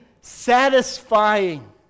satisfying